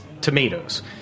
tomatoes